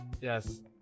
Yes